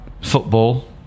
football